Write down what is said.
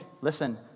listen